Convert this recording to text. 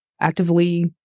actively